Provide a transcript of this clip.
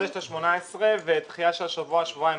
חודש ל-18 ודחייה של השבוע שבועיים,